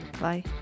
Bye